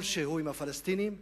כלשהו, עם הפלסטינים,